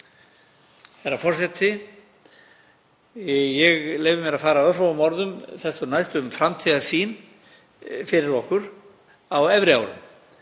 Herra forseti. Ég leyfi mér að fara örfáum orðum þessu næst um framtíðarsýn fyrir okkur á efri árum.